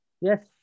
Yes